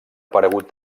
aparegut